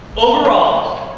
overall,